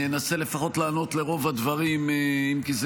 אני אנסה לענות לפחות על רוב הדברים אם כי,